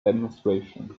demonstration